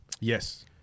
Yes